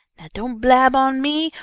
don't blab on me,